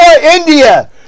India